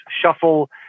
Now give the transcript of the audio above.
shuffle